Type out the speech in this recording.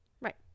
right